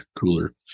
cooler